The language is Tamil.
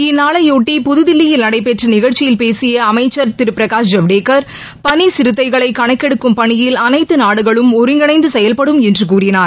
இந்நாளையொட்டி புதுதில்லியில் நடைபெற்ற நிகழ்ச்சியில் பேசிய அமைச்சர் பிரகாஷ் ஜவ்டேக்கர் பனி சிறுத்தைகளை கணக்கெடுக்கும் பணியில் அனைத்து நாடுகளும் ஒருங்கிணைந்து செயவ்படும் என்று கூறினார்